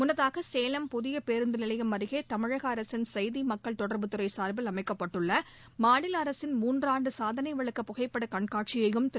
முன்னதாக சேலம் புதிய பேருந்து நிலையம் அருகே தமிழக அரசின் செய்தி மக்கள் தொடர்புத்துறை சார்பில் அமைக்கப்பட்டுள்ள மாநில அரசின் மூன்றாண்டு சாதனை விளக்க புகைப்பட கண்காட்சியையும் திரு